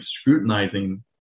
scrutinizing